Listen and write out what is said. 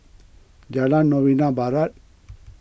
Jalan Novena Barat